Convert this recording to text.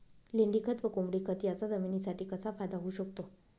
लेंडीखत व कोंबडीखत याचा जमिनीसाठी कसा फायदा होऊ शकतो?